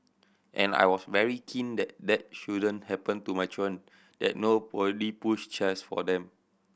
and I was very keen that that shouldn't happen to my children that nobody pushed chairs for them